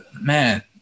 man